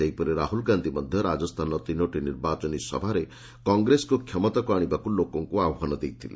ସେହିପରି ରାହୁଲ ଗାନ୍ଧୀ ମଧ୍ୟ ରାଜସ୍ଥାନର ତିନୋଟି ନିର୍ବାଚନୀ ସଭାରେ କଂଗ୍ରେସକୁ କ୍ଷମତାକୁ ଆଶିବାକୁ ଲୋକଙ୍କୁ ଆହ୍ୱାନ ଦେଇଥିଲେ